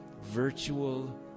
virtual